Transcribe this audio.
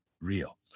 real